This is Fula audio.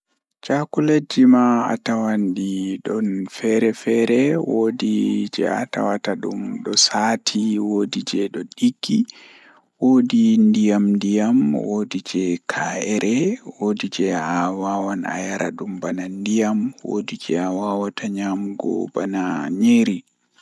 Ɗemɗe feere-feere jei mi waawata Miɗo waawi e faamaade Pulaar no feewi, kadi miɗo waawi laawol ɗiɗi waɗɓe. Miɗo njogii sabu ngal ɗum ko mi waɗi waɗde jokkondirɗe yimɓe heɓɓe leydi woɗɓe ɗiɗɗi.